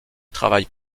travaille